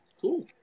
cool